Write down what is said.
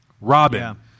Robin